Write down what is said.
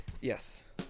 Yes